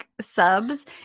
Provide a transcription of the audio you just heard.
subs